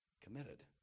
committed